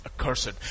accursed